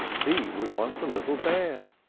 b was once a little bear,